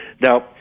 now